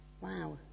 Wow